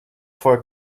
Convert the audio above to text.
for